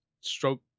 stroke